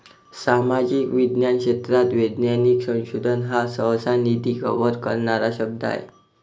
सामाजिक विज्ञान क्षेत्रात वैज्ञानिक संशोधन हा सहसा, निधी कव्हर करणारा शब्द आहे